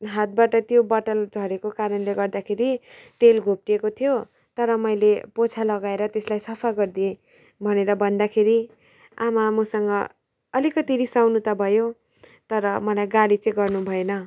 हातबाट त्यो बत्तल झरेको कारणले गर्दाखेरि तेल घोप्टिएको थियो तर मैले पोछा लगाएर त्यसलाई सफा गरिदिएँ भनेर भन्दाखेरि आमा मसँग अलिकित रिसाउनु त भयो तर मलाई गाली चाहिँ गर्नु भएन